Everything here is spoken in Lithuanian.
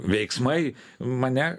veiksmai mane